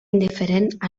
indiferent